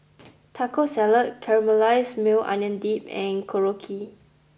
Taco Salad Caramelized Maui Onion Dip and Korokke